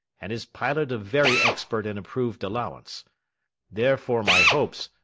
and his pilot of very expert and approv'd allowance therefore my hopes,